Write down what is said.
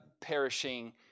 perishing